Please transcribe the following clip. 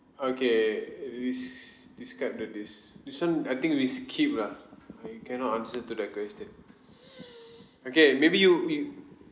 okay risk describe the this this [one] I think we skip lah I cannot answer to that question okay maybe you